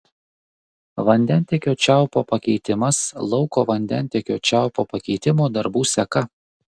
vandentiekio čiaupo pakeitimas lauko vandentiekio čiaupo pakeitimo darbų seka